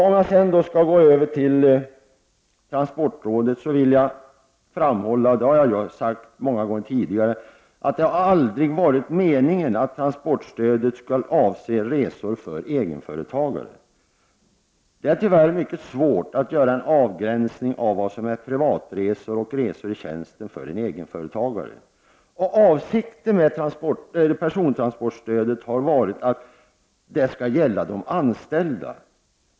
Om jag sedan skall gå över till persontransportstödet vill jag framhålla — och det har jag sagt många gånger tidigare — att det aldrig har varit meningen att transportstödet skall avse resor för egenföretagare. Det är tyvärr mycket svårt att göra en avgränsning av vad som är privatresor och resor i tjänsten för en egenföretagare. Avsikten med persontransportstödet har varit att det skall gälla de anställda.